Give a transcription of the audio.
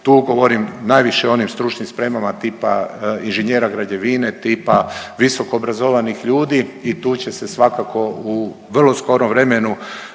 Tu govorim najviše o onim stručnim spremama tipa inženjera građevine, tipa visoko obrazovnih ljudi i tu će se svakako u vrlo skorom vremenu